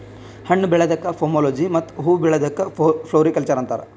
ಹಣ್ಣ್ ಬೆಳ್ಯಾದಕ್ಕ್ ಪೋಮೊಲೊಜಿ ಮತ್ತ್ ಹೂವಾ ಬೆಳ್ಯಾದಕ್ಕ್ ಫ್ಲೋರಿಕಲ್ಚರ್ ಅಂತಾರ್